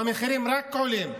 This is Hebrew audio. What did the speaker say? והמחירים רק עולים,